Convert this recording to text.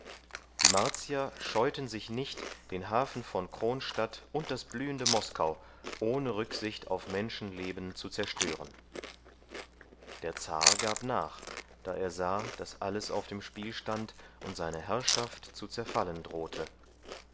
die martier scheuten sich nicht den hafen von kronstadt und das blühende moskau ohne rücksicht auf menschenleben zu zerstören der zar gab nach da er sah daß alles auf dem spiel stand und seine herrschaft zu zerfallen drohte